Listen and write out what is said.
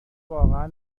واقعا